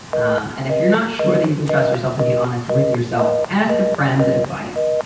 um and if you're not sure that you can trust yourself, to be honest with yourself, ask a friend's advice,